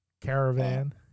caravan